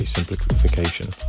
Simplification